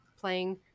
playing